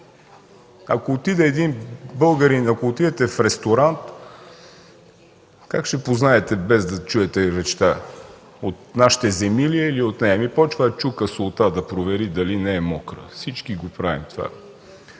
Ако отидете в ресторант, как ще познаете, без да чуете речта, от нашите земи ли е, или не? Ами, почва да чука солта да провери дали не е мокра – всички го правим това.